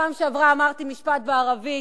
בפעם שעברה אמרתי משפט בערבית,